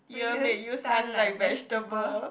stunned like vegetable